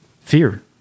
fear